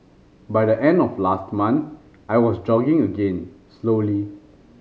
by the end of last month I was jogging again slowly